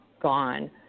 gone